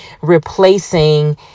replacing